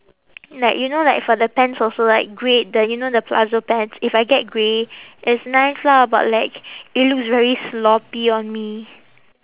like you know like for the pants also like grey the you know the palazzo pants if I get grey it's nice lah but like it looks very sloppy on me